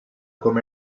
com